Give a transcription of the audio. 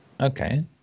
Okay